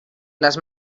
les